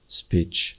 speech